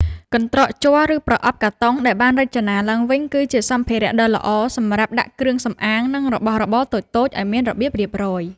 កន្ត្រកជ័រ ឬប្រអប់កាតុងដែលបានរចនាឡើងវិញ គឺជាសម្ភារៈដ៏ល្អសម្រាប់ដាក់គ្រឿងសម្អាង និងរបស់របរតូចៗឱ្យមានរបៀបរៀបរយ។